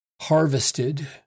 harvested